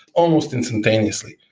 almost instantaneously.